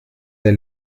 der